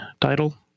title